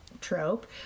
trope